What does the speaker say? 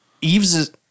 Eve's